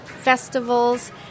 festivals